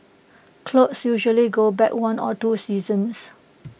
clothes usually go back one or two seasons